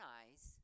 eyes